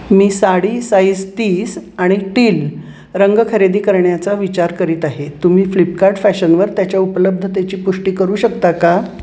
मी sari size तीस आणि teal रंग खरेदी करण्याचा विचार करीत आहे तुम्ही फ्लिपकार्ट फॅशनवर त्याच्या उपलब्धतेची पुष्टी करू शकता का